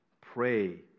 pray